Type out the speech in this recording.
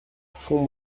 fonds